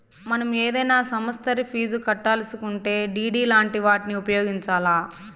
మనం ఏదైనా సమస్తరి ఫీజు కట్టాలిసుంటే డిడి లాంటి వాటిని ఉపయోగించాల్ల